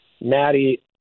Maddie